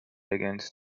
against